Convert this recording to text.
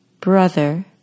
brother